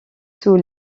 sous